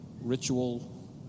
ritual